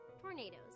tornadoes